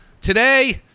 Today